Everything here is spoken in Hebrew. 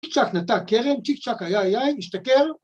‫צ'יק צ'אק נטע קרם, צ'יק צ'אק איי איי איי, משתכר.